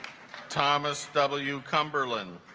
thomas w cumberland